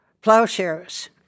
Plowshares